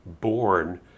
born